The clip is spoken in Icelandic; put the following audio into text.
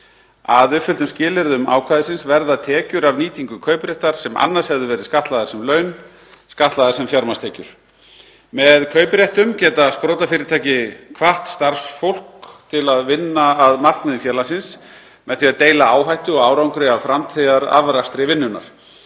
Að uppfylltum skilyrðum ákvæðisins verða tekjur af nýtingu kaupréttar, sem annars hefðu verið skattlagðar sem laun, skattlagðar sem fjármagnstekjur. Með kaupréttum geta sprotafyrirtæki hvatt starfsfólk til að vinna að markmiðum félagsins með því að deila áhættu og árangri af framtíðarafrakstri vinnunnar.